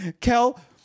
Kel